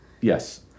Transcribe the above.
yes